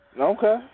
Okay